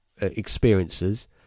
experiences